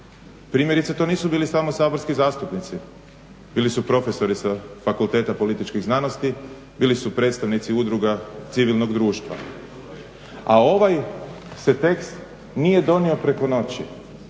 Primjerice to nisu bili samo saborski zastupnici, bili su profesori sa Fakulteta političkih znanosti, bili su predstavnici Udruga civilnog društva. A ovaj se tekst nije donio preko noći.